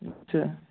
আচ্ছা